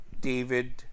David